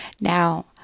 now